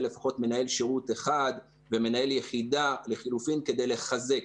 לפחות מנהל שירות אחד ומנהל יחידה לחלופין כדי לחזק.